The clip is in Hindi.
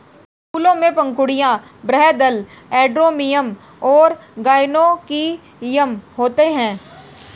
फूलों में पंखुड़ियाँ, बाह्यदल, एंड्रोमियम और गाइनोइकियम होते हैं